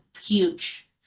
huge